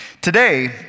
Today